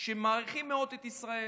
שמעריכים מאוד את ישראל,